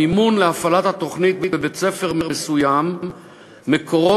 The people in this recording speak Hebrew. מימון הפעלת התוכנית בבית-ספר מסוים מקורו